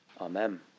Amen